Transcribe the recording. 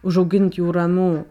užaugint jų ramių